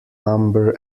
number